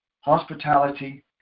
Hospitality